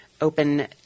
open